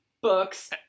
Books